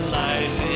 life